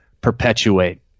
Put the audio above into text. perpetuate